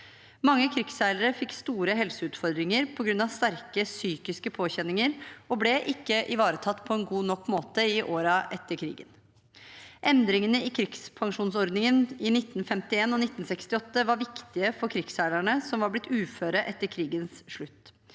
Mange krigsseilere fikk store helseutfordringer på grunn av sterke psykiske påkjenninger og ble ikke ivaretatt på en god nok måte i årene etter krigen. Endringene i krigspensjonsordningen i 1951 og 1968 var viktige for krigsseilerne som var blitt uføre etter krigens slutt.